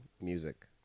music